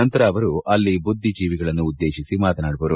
ನಂತರ ಅವರು ಅಲ್ಲಿ ಬುದ್ದಿಜೀವಿಗಳನ್ನು ಉದೇಶಿಸಿ ಮಾತನಾಡುವರು